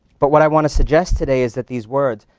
but what i wanna suggest today is that these words,